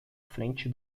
frente